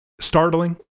Startling